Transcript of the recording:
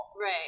right